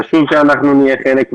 חשוב שאנחנו נהיה חלק.